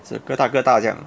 是个大哥大这样